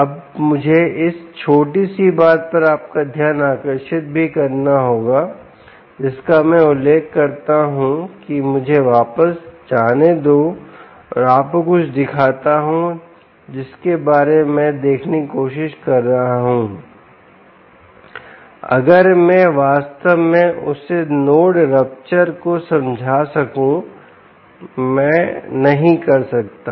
अब मुझे इस छोटी सी बात पर आपका ध्यान आकर्षित भी करना होगा जिसका मैं उल्लेख करता हूं कि मुझे वापस जाने दो और आपको कुछ दिखाता हूं जिसके बारे में मैं देखने की कोशिश कर रहा हूं अगर मैं वास्तव में उस नोड रप्चर को समझा सकूं मैं नहीं कर सकता